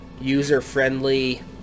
user-friendly